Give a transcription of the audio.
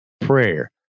prayer